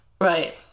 right